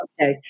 okay